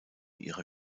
ihrer